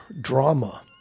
drama